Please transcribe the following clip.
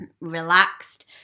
relaxed